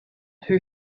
who